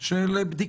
מאוד של בדיקה.